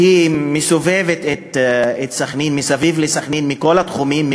שסובבת את סח'נין, היא מסביב לסח'נין מכל התחומים,